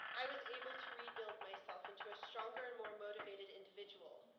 i was able to rebuild myself into a stronger and more motivated individual.